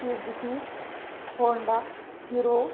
Suzuki Honda hero